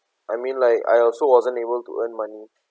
I mean like I also wasn't able to earn money